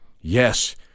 Yes